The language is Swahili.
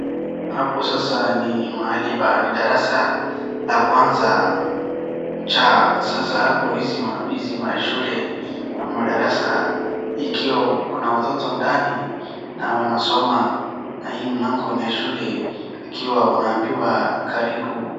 Hapo sasa ni mahali pa ni darasa la kwanza cha. Sasa hapo hizi mashule ama madarasa ikiwa kuna watoto ndani na wanasoma na hii mlango ni ya shule akiwa unaambiwa karibu.